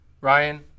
Ryan